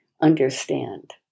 understand